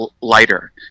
lighter